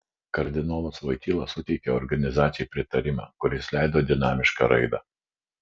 kardinolas voityla suteikė organizacijai pritarimą kuris leido dinamišką raidą